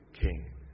king